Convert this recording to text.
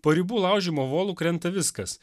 po ribų laužymo volu krenta viskas